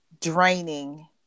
draining